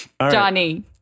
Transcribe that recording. Johnny